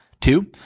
Two